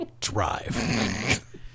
Drive